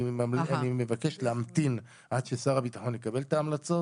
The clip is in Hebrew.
ואני מבקש להמתין עד ששר הביטחון יקבל את ההמלצות.